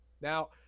Now